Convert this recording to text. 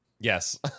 Yes